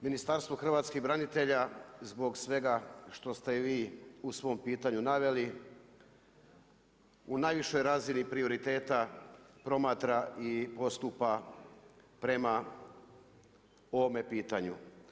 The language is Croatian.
Ministarstvo hrvatskih branitelja, zbog svega što ste i vi u svom pitanju naveli, u najvišoj razini prioriteta, promatra i odstupa prema ovome pitanju.